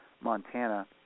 Montana